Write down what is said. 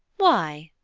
why?